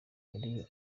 muri